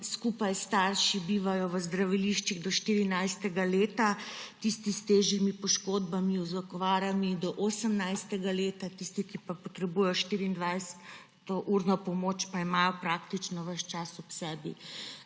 skupaj s starši bivajo v zdraviliščih do 14. leta, tisti s težjimi poškodbami, z okvarami do 18. leta, tisti, ki potrebujejo 24-urno pomoč, pa imajo praktično ves čas ob sebi